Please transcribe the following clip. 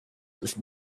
listen